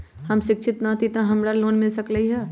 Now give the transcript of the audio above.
हम शिक्षित न हाति तयो हमरा लोन मिल सकलई ह?